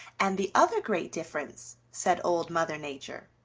and the other great difference, said old mother nature,